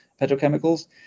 petrochemicals